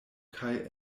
kaj